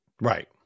Right